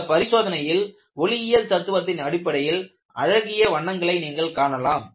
இந்த பரிசோதனையில் ஒளியியல் தத்துவத்தின் அடிப்படையில் அழகிய வண்ணங்களை நீங்கள் காணலாம்